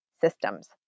systems